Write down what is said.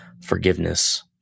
forgiveness